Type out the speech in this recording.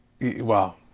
Wow